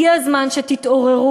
הגיע הזמן שתתעוררו.